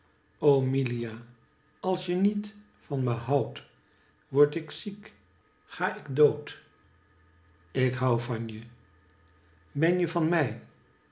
milia als je niet van me houdt word ik ziek ga ik dood ikhou vanje ben je van mij